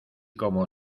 como